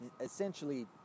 essentially